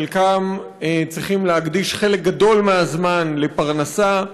חלקם צריכים להקדיש חלק גדול מהזמן לפרנסה,